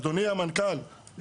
אדוני המנכ"ל,